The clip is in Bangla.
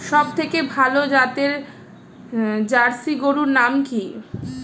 সবথেকে ভালো জাতের জার্সি গরুর নাম কি?